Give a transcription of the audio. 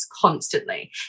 constantly